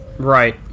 Right